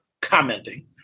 commenting